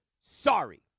sorry